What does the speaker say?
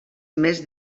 més